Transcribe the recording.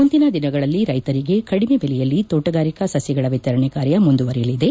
ಮುಂದಿನ ದಿನಗಳಲ್ಲಿ ರೈತರಿಗೆ ಕಡಿಮೆ ಬೆಲೆಯಲ್ಲಿ ತೋಟಗಾರಿಕಾ ಸಸಿಗಳ ವಿತರಣೆ ಕಾರ್ಯ ಮುಂದುವರೆಯಲಿದೆ